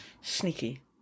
Sneaky